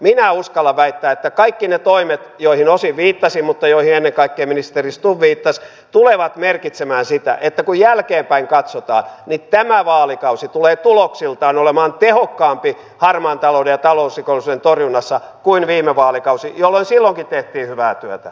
minä uskallan väittää että kaikki ne toimet joihin osin viittasin mutta joihin ennen kaikkea ministeri stubb viittasi tulevat merkitsemään sitä että kun jälkeenpäin katsotaan niin tämä vaalikausi tulee tuloksiltaan olemaan tehokkaampi harmaan talouden ja talousrikollisuuden torjunnassa kuin viime vaalikausi jolloin silloinkin tehtiin hyvää työtä